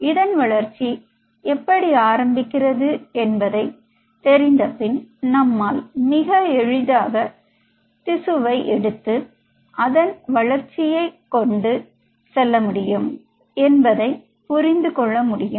இதன் வளர்ச்சி எப்படி ஆரம்பிக்கிறது என்பதை தெரிந்தபின் நம்மால் மிக எளிதாக திசுவை எடுத்து அதன் வளர்ச்சியை கொண்டு செல்ல முடியும் என்பதை புரிந்து கொள்ள முடியும்